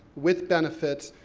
with benefits,